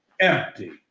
empty